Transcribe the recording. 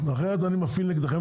המחיר לצרכן לא עלה,